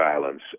violence